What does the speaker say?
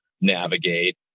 navigate